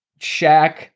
Shaq